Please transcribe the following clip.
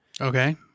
Okay